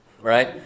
right